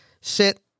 sit